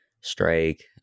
strike